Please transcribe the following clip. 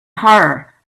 horror